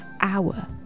hour